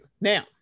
Now